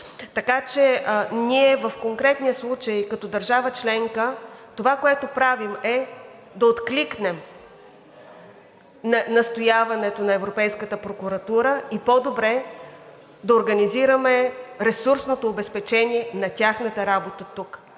Така че в конкретния случай като държава членка това, което правим, е да откликнем на настояването на Европейската прокуратура и по-добре да организираме ресурсното обезпечение на тяхната работа тук.